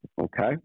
Okay